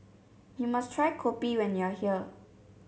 you must try Kopi when you are here